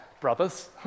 brothers